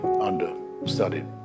understudied